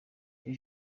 ati